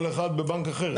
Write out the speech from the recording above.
לא, כל אחד בבנק אחר.